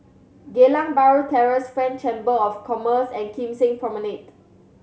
Geylang Bahru Terrace French Chamber of Commerce and Kim Seng Promenade